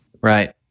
Right